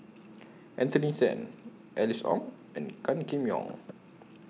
Anthony Then Alice Ong and Gan Kim Yong